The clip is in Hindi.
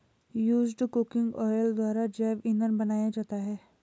यूज्ड कुकिंग ऑयल द्वारा जैव इंधन बनाया जाता है